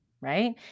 Right